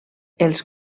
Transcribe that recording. els